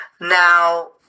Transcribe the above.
Now